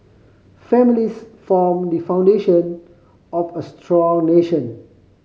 families form the foundation of a strong nation